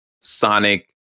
Sonic